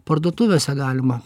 parduotuvėse galima